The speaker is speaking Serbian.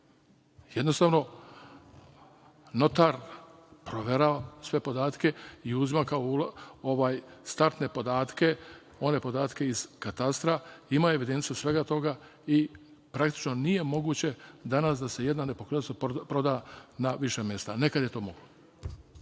Jednostavno, notar proverava sve podatke i uzima kao startne podatke one podatke iz katastra, ima evidenciju svega toga i praktično nije moguće danas da se jedna nepokretnost proda na više mesta, a nekad je to moglo. Ovde